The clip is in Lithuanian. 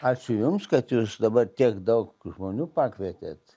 ačiū jums kad jūs dabar tiek daug žmonių pakvietėt